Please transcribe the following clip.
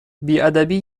بیادبی